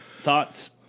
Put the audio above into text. Thoughts